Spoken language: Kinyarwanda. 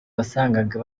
wasangaga